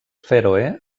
fèroe